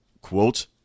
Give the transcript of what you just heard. quote